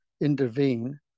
intervene